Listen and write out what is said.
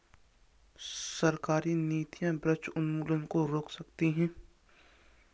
सरकारी नीतियां वृक्ष उन्मूलन को रोक सकती है